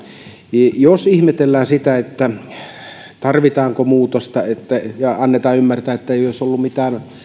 jos ihmetellään sitä tarvitaanko muutosta ja annetaan ymmärtää että ei olisi ollut mitään